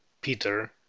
Peter